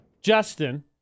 Justin